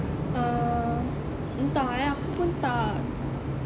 uh entah eh aku pon tak